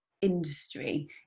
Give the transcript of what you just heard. industry